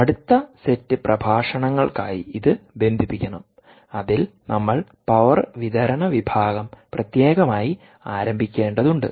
അടുത്ത സെറ്റ് പ്രഭാഷണങ്ങൾക്കായി ഇത് ബന്ധിപ്പിക്കണം അതിൽ നമ്മൾ പവർ വിതരണ വിഭാഗം പ്രത്യേകമായി ആരംഭിക്കേണ്ടതുണ്ട്